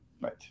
Right